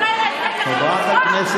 יורם וקנין, אתה הרגת אותו.